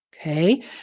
Okay